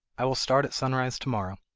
i will start at sunrise to-morrow